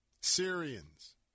Syrians